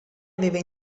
aveva